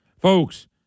Folks